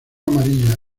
amarilla